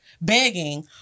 begging